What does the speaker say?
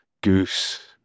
goose